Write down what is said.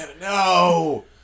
no